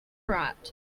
rot